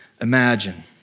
imagine